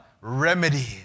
remedy